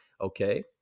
Okay